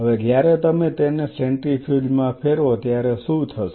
હવે જ્યારે તમે તેને સેન્ટ્રીફ્યુજ માં ફેરવો ત્યારે શું થશે